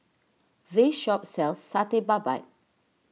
this shop sells Satay Babat